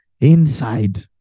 inside